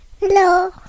hello